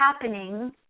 happening